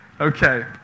Okay